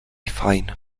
fajn